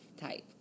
type